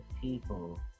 people